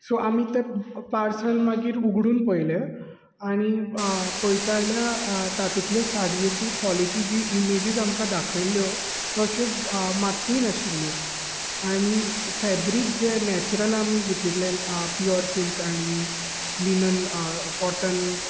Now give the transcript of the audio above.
so आमी ते parcel मागीर उगडून पयले आनी पयता जाल्यार तातूतल्यो साडयोंची कॉलीटी जी इमेजीस आमकां दाखयल्ल्यो तश्यो मातूय नाशिल्यो आनी फेब्रीक जे नेचूरल आमी घेतिल्ले प्यूअर सिल्क आनी लिनन कॉटन